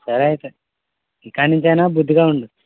సరే అయితే ఇకనుంచైనా బుద్దిగా ఉండు